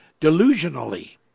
delusionally